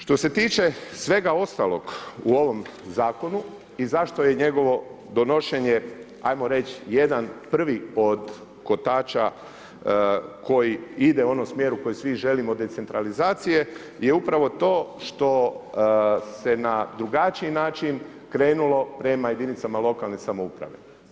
Što se tiče svega ostalog u ovom zakonu i zašto je i njegovo donošenje, ajmo reć, jedan prvi od kotača koji ide u onom smjeru u kojem svi želimo decentralizacije, gdje upravo to što se na drugačiji način krenulo prema jedinicama lokalne samouprave.